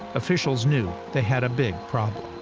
officials knew they had a big problem.